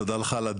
תודה על הדיון,